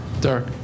Derek